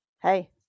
Hey